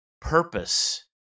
purpose